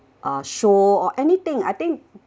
uh show or anything I think